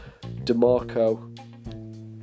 DeMarco